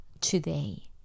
today